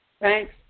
Thanks